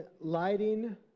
Lighting